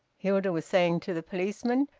hilda was saying to the policeman.